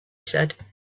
said